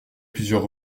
plusieurs